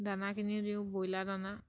দানা কিনিও দিওঁ ব্ৰইলাৰ দানা